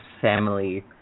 family